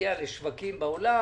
להגיע לשווקים בעולם